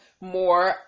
more